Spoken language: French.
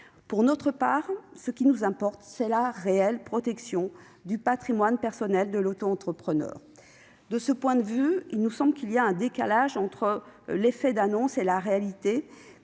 plus largement. Ce qui nous importe, à nous, c'est la réelle protection du patrimoine personnel de l'entrepreneur. De ce point de vue, il nous semble qu'il y a un décalage entre l'effet d'annonce et la réalité,